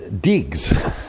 digs